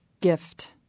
Gift